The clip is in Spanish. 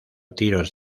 tiros